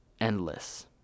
endless